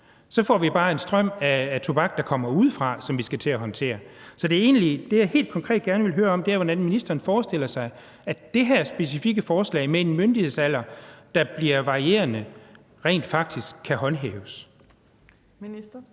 så får vi bare en strøm af tobak, der kommer udefra, som vi skal til at håndtere. Så det, jeg egentlig helt konkret gerne vil høre, er, hvordan ministeren forestiller sig, at det her specifikke forslag med en myndighedsalder, der bliver varierende, rent faktisk kan håndhæves.